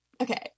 Okay